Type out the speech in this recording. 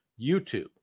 YouTube